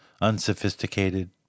unsophisticated